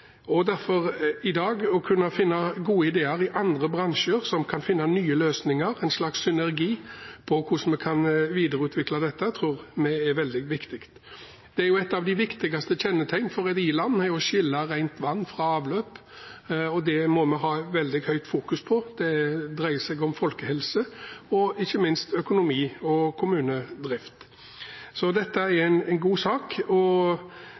behandling. Derfor i dag å kunne finne gode ideer i andre bransjer og finne nye løsninger, en slags synergi, på hvordan vi kan videreutvikle dette, tror vi er veldig viktig. Et av de viktigste kjennetegnene på et i-land er å kunne skille rent vann fra avløp. Det må vi ha et veldig høyt fokus på – det dreier seg om folkehelse og ikke minst økonomi og kommunedrift. Dette er en god sak, og